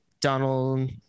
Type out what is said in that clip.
Donald